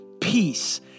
peace